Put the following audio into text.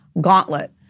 gauntlet